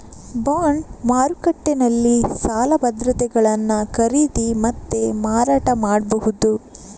bond ಮಾರುಕಟ್ಟೆನಲ್ಲಿ ಸಾಲ ಭದ್ರತೆಗಳನ್ನ ಖರೀದಿ ಮತ್ತೆ ಮಾರಾಟ ಮಾಡ್ಬಹುದು